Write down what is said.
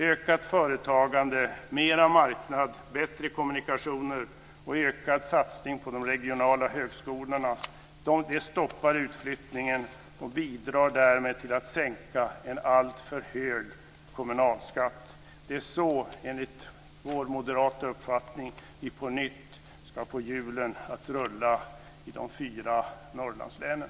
Ökat företagande, mer av marknad, bättre kommunikationer och ökad satsning på de regionala högskolorna stoppar utflyttningen och bidrar därmed till att sänka en alltför hög kommunalskatt. Det är så vi, enligt moderat uppfattning, på nytt ska få hjulen att rulla i de fyra Norrlandslänen.